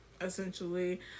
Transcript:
essentially